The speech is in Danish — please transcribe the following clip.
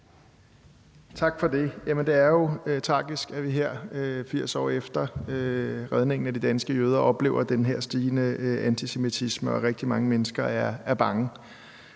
Tak for det. Det er jo tragisk, at vi her 80 år efter redningen af de danske jøder oplever den her stigende antisemitisme, og at rigtig mange mennesker er bange